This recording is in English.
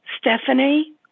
Stephanie